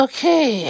Okay